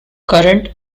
current